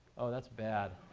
oh, that's bad.